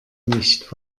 nicht